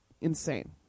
insane